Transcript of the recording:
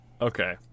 okay